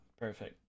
perfect